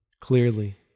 clearly